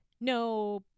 no